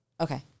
Okay